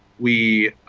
we